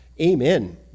Amen